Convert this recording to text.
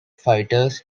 fighters